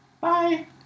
Bye